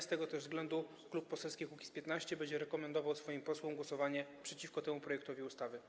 Z tego też względu Klub Poselski Kukiz’15 będzie rekomendował swoim posłom głosowanie przeciwko temu projektowi ustawy.